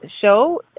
show